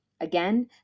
Again